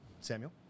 Samuel